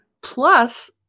Plus